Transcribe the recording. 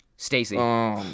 Stacy